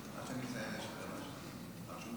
השנייה ולקריאה השלישית את הצעת החוק מטעם